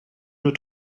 nur